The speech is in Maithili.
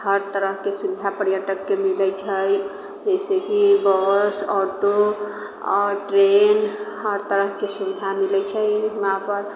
हर तरहके सुबिधा पर्यटक के मिलै छै जाहिसे कि बस आँटो आओर ट्रेन हर तरहके सुबिधा मिलै छै इहाँ पर